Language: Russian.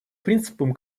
принципам